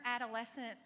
adolescent